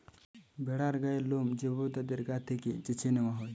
ভেড়ার গায়ের লোম যে ভাবে তাদের গা থেকে চেছে নেওয়া হয়